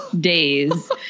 days